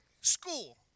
school